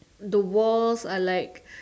the walls are like